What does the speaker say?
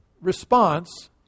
response